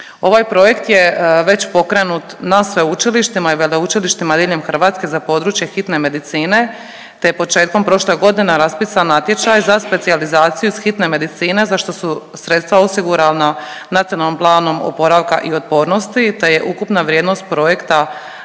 Ovaj projekt je već pokrenut na sveučilištima i veleučilištima diljem Hrvatske za područje hitne medicine, te je početkom prošle godine raspisan natječaj za specijalizaciju iz hitne medicine za što su sredstva osigurana Nacionalnim planom oporavka i otpornosti, te je ukupna vrijednost projekta